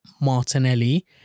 Martinelli